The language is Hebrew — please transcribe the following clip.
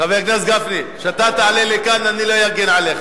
חבר הכנסת גפני, כשאתה תעלה לכאן אני לא אגן עליך.